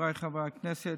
חבריי חברי הכנסת,